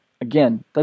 Again